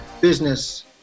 business